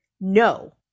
no